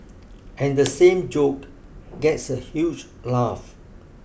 and the same joke gets a huge laugh